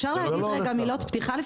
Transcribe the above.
אפשר לומר מילות פתיחה?